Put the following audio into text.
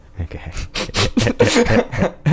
Okay